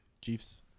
Chiefs